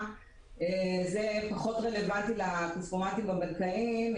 הוא פחות רלוונטי לכספומטים הבנקאיים,